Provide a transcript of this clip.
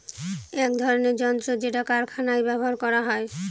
এক ধরনের যন্ত্র যেটা কারখানায় ব্যবহার করা হয়